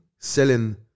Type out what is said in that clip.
Selling